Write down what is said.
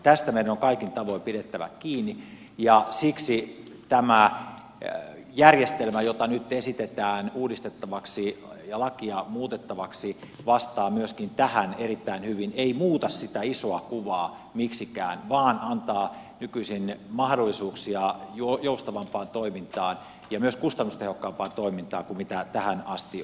tästä meidän on kaikin tavoin pidettävä kiinni ja siksi tämä järjestelmä jota nyt esitetään uudistettavaksi ja lakia muutettavaksi vastaa myös tähän erittäin hyvin ei muuta sitä isoa kuvaa miksikään vaan antaa nykyisin mahdollisuuksia joustavampaan toimintaan ja myös kustannustehokkaampaan toimintaan kuin tähän asti on ollut